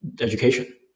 education